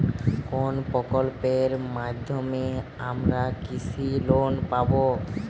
কোন প্রকল্পের মাধ্যমে আমরা কৃষি লোন পাবো?